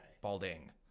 Balding